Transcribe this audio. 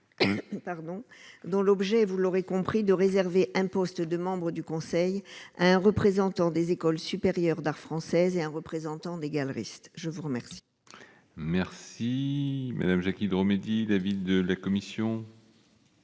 dont l'objet est, vous l'aurez compris de réserver un poste de membre du Conseil, un représentant des écoles supérieures d'art français et un représentant des galeristes, je vous remercie. Merci Madame Jackie Drôme dit d'avis de la commission.